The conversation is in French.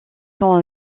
sont